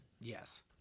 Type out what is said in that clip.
yes